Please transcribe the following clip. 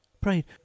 Pray